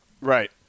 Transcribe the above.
Right